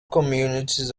communities